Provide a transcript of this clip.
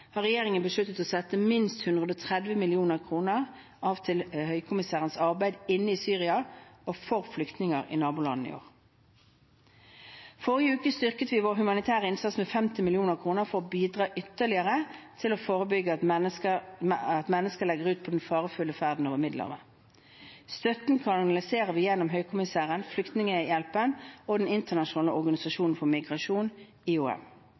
har regjeringen besluttet å sette av minst 130 mill. kr til høykommissærens arbeid i Syria og for flyktninger i nabolandene i år. Forrige uke styrket vi vår humanitære innsats med 50 mill. kr for å bidra ytterligere til å forebygge at mennesker legger ut på den farefulle ferden over Middelhavet. Støtten kanaliserer vi gjennom Høykommissæren, Flyktninghjelpen og den internasjonale organisasjonen for migrasjon, IOM.